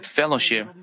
fellowship